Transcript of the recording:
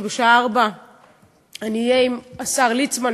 כי בשעה 16:00 אני אהיה עם השר ליצמן,